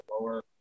lower